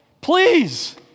Please